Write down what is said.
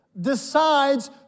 decides